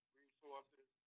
resources